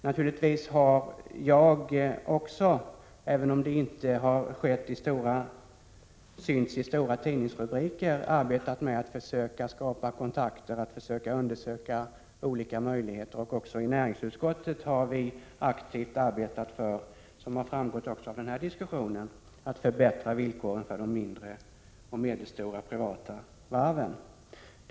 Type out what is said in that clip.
Naturligtvis har jag också, även om det inte kommit till synes i stora tidningsrubriker, arbetat med att försöka skapa kontakter och undersöka olika möjligheter. Även i näringsutskottet har vi — som framgått också av dagens diskussion — aktivt arbetat för att förbättra villkoren för de mindre och medelstora privata varven.